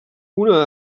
una